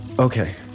Okay